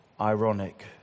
ironic